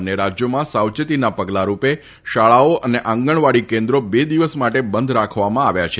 બંને રાજ્યોમાં સાવચેતીના પગલારૂપે શાળાઓ અને આંગણવાડી કેન્દ્રો બે દિવસ માટે બંધ રાખવામાં આવ્યા છે